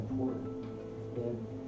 important